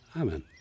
Amen